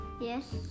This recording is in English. Yes